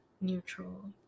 neutral-